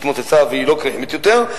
התמוססה ולא קיימת יותר,